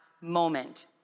moment